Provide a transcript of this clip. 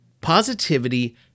Positivity